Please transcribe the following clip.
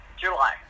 July